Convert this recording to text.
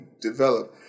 develop